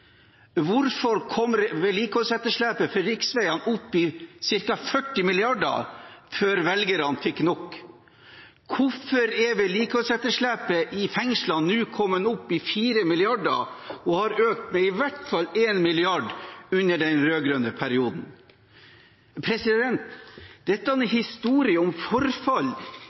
Hvorfor kom vedlikeholdsetterslepet for riksveiene opp i ca. 40 mrd. kr før velgerne fikk nok? Hvorfor har vedlikeholdsetterslepet i fengslene nå kommet opp i 4 mrd. kr og økt med i hvert fall 1 mrd. kr i løpet av den rød-grønne perioden? Dette er historien om forfall